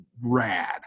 rad